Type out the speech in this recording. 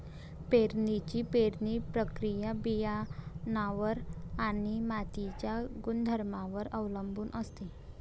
पेरणीची पेरणी प्रक्रिया बियाणांवर आणि मातीच्या गुणधर्मांवर अवलंबून असते